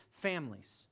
families